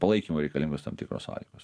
palaikymo reikalingos tam tikros sąlygos